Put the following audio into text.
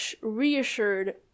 reassured